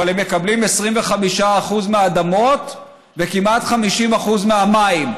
אבל הם מקבלים 25% מהאדמות וכמעט 50% מהמים.